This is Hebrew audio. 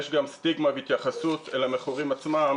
יש גם סטיגמה והתייחסות למכורים עצמם